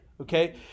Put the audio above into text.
Okay